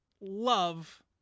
love